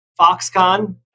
Foxconn